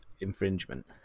infringement